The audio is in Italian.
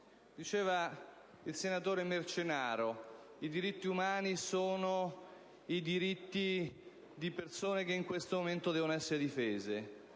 aperta. Il senatore Marcenaro diceva che i diritti umani sono i diritti di persone che in questo momento devono essere difese.